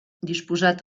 disposat